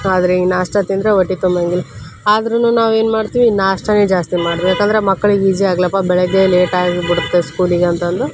ಆದರೆ ಈ ನಾಷ್ಟ ತಿಂದರೆ ಹೊಟ್ಟಿ ತುಂಬೊಂಗಿಲ್ಲ ಆದ್ರೂನು ನಾವು ಏನು ಮಾಡ್ತೀವಿ ನಾಷ್ಟನೇ ಜಾಸ್ತಿ ಮಾಡುದು ಯಾಕಂದ್ರೆ ಮಕ್ಳಿಗೆ ಈಸಿ ಆಗಲಪ್ಪ ಬೆಳಗ್ಗೆ ಲೇಟಾಗಿ ಬಿಡುತ್ತೆ ಸ್ಕೂಲಿಗೆ ಅಂತಂದು